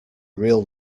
real